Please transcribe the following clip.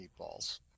meatballs